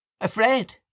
Afraid